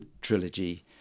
trilogy